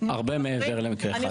אנחנו